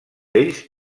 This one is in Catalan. ells